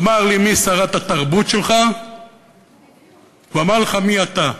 תאמר לי מי שרת התרבות שלך ואומר לך מי אתה,